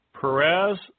Perez